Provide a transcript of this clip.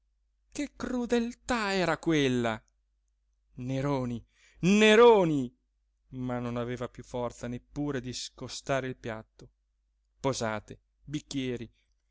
che crudeltà era quella neroni neroni ma non aveva piú forza neppure di scostare il piatto posate bicchieri